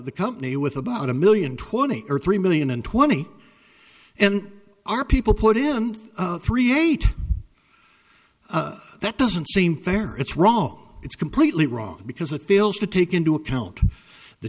the company with about a million twenty or three million and twenty and our people put in three eight that doesn't seem fair it's wrong it's completely wrong because it fails to take into account the